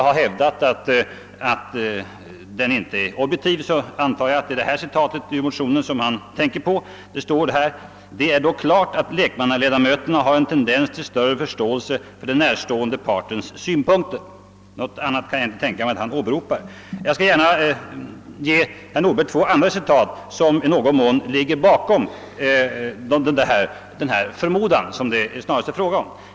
Jag antar att han därvid tänker på följande avsnitt i motionen: »Det är dock klart att lekmannaledamöterna har en tendens till större förståelse för den närstående partens synpunkter.» Jag skall ge herr Nordberg två andra citat som ligger bakom den förmodan som detta påstående bygger på.